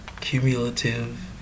Cumulative